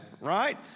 Right